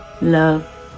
love